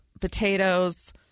potatoes